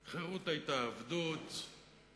והעבדות היתה חירות,